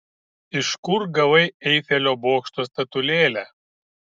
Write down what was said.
iš kur gavai eifelio bokšto statulėlę